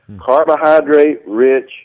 Carbohydrate-rich